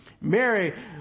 Mary